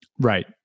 Right